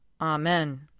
Amen